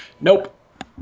Nope